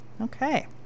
okay